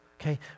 Okay